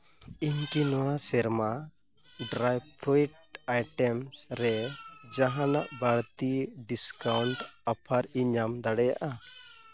ᱤᱧ ᱠᱤ ᱱᱚᱣᱟ ᱥᱮᱨᱢᱟ ᱰᱨᱟᱭ ᱯᱷᱨᱩᱴᱥ ᱟᱭᱴᱮᱢᱥ ᱨᱮ ᱡᱟᱦᱟᱱᱟᱜ ᱵᱟᱹᱲᱛᱤ ᱰᱤᱥᱠᱟᱣᱩᱱᱴ ᱚᱯᱷᱟᱨ ᱤᱧ ᱧᱟᱢ ᱫᱟᱲᱮᱭᱟᱜᱼᱟ